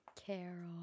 Carol